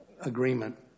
agreement